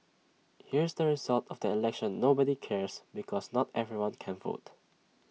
here's the result of the election nobody cares because not everybody can vote